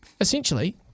essentially